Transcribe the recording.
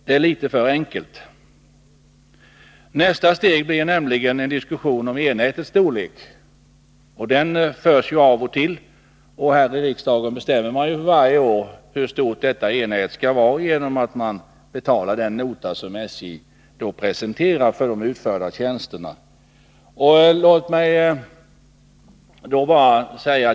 Det är att göra det enkelt. Nästa steg blir nämligen en diskussion om E-nätets storlek. Den förs av och till, och här i riksdagen bestämmer man för varje år hur stort E-nätet skall vara genom att man betalar den nota som SJ presenterar för utförda tjänster.